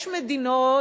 יש מדינות,